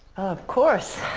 of course.